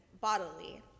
bodily